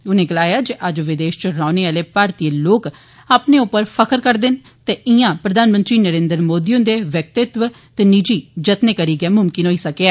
उनें गलाया जे अज्ज बदेशे च रौहने आले भारतीय लोक अपने उप्पर फखर करदे न ते इयां प्रधानमंत्री नरेन्द्र मोदी हुन्दे व्यक्तित्व ते निजी जत्तने करी गै मुमकन ऐ